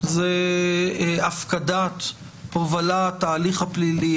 זה הפקדת הובלת ההליך הפלילי,